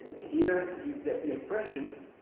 here you get the impression